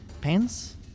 pants